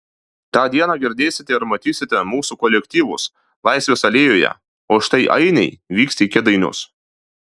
tą dieną girdėsite ir matysite mūsų kolektyvus laisvės alėjoje o štai ainiai vyks į kėdainius